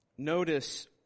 Notice